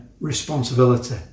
responsibility